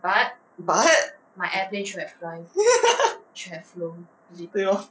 but 对 lor